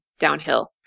downhill